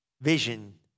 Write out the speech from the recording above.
vision